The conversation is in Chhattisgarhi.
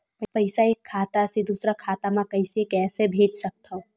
पईसा एक खाता से दुसर खाता मा कइसे कैसे भेज सकथव?